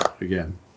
Again